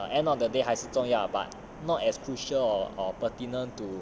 end of the day 还是重要 but not as crucial or or pertinent to